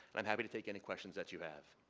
i'm happy to take any questions that you have.